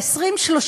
ל-20,000,